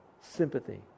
Sympathy